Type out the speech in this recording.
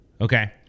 okay